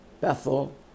Bethel